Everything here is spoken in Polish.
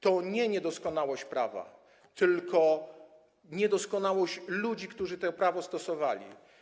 To nie jest niedoskonałość prawa, tylko niedoskonałość ludzi, którzy to prawo stosowali.